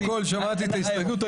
קודם כול, שמעתי את ההסתייגות.